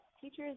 teachers